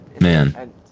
Man